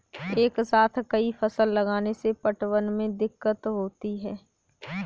एक साथ कई फसल लगाने से पटवन में दिक्कत होती है